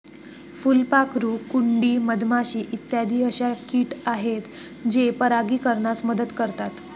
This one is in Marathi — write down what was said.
फुलपाखरू, कुंडी, मधमाशी इत्यादी अशा किट आहेत जे परागीकरणास मदत करतात